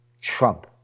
Trump